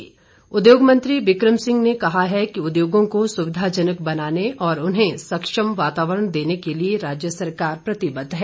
विक्रम उद्योग मंत्री विक्रम सिंह ने कहा है कि उद्योगों को सुविधाजनक बनाने और उन्हें सक्षम वातावरण देने के लिए राज्य सरकार प्रतिबद्ध है